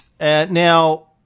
Now